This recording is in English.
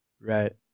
Right